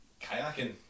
kayaking